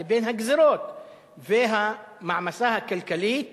לבין הגזירות והמעמסה הכלכלית